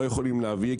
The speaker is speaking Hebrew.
לא יכולים להביא,